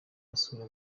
asura